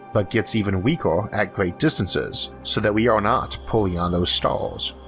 but gets even weaker at great distances, so that we are not pulling on those stars.